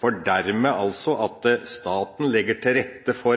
kan dermed legge til rette for